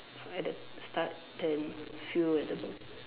so at that start then few at the bottom